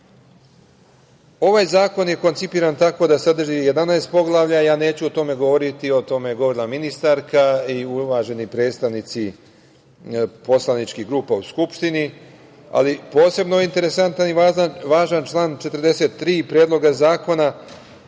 zakon je koncipiran tako da sadrži 11 poglavlja. Neću o tome govoriti, o tome je govorila ministarka i uvaženi predstavnici poslaničkih grupa u Skupštini. Ali, posebno je interesantan i važan član 43. Predloga zakona